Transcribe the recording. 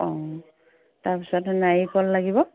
অ' তাৰ পিছতে নাৰিকল লাগিব